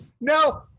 No